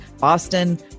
Boston